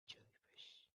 jellyfish